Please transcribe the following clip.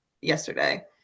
yesterday